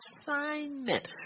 assignment